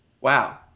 Wow